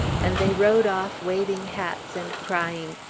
and they rode off waving hats and crying,